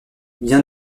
bien